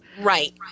Right